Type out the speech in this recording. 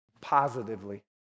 positively